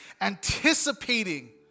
anticipating